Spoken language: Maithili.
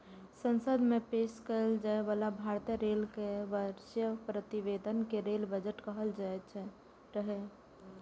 संसद मे पेश कैल जाइ बला भारतीय रेल केर वार्षिक प्रतिवेदन कें रेल बजट कहल जाइत रहै